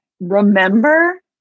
remember